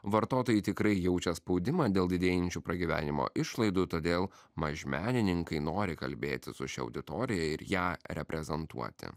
vartotojai tikrai jaučia spaudimą dėl didėjančių pragyvenimo išlaidų todėl mažmenininkai nori kalbėtis su šia auditorija ir ją reprezentuoti